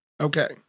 Okay